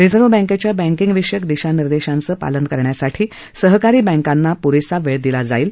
reserve बँकेच्या banking विषयक दिशानिर्देशांचे पालन करण्यासाठी सहकारी बँकांना पुरेसा वेळ दिला जाईल